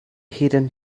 hidden